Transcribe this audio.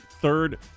third